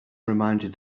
reminded